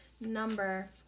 number